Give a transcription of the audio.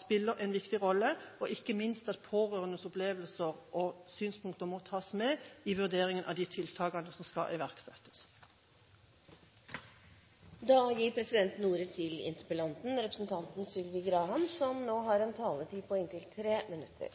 spiller en viktig rolle, og ikke minst at pårørendes opplevelser og synspunkter må tas med i vurderingen av de tiltakene som skal iverksettes. Jeg vil først takke statsråden for hennes svar og medrepresentantene for deres engasjement i saken. Jeg er glad for at dette er en problemstilling som med dette utvalgsarbeidet har